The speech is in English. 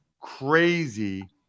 crazy